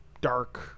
dark